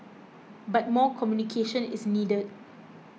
but more communication is needed